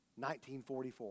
1944